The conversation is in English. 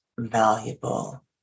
Valuable